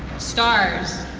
stars?